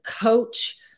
coach